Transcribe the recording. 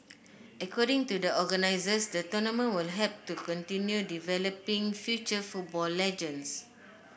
according to the organisers the tournament will help to continue developing future football legends